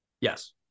Yes